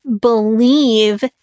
believe